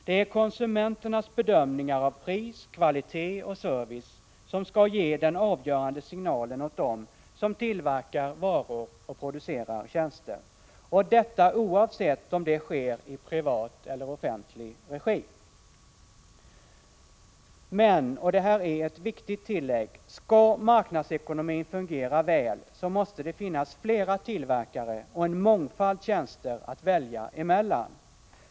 Det är konsumenternas bedömningar av pris, kvalitet och service som skall ge den avgörande signalen åt dem som tillverkar varor och tjänster, detta oavsett om det sker i privat eller i offentlig regi. Men — och det är ett viktigt tillägg — om marknadsekonomin skall fungera väl måste det finnas flera tillverkare och en mångfald tjänster att välja emellan.